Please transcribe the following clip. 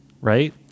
right